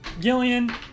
Gillian